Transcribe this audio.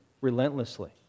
relentlessly